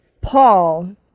Paul